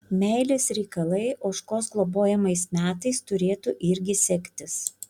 meilės reikalai ožkos globojamais metais turėtų irgi sektis